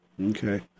Okay